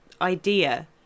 idea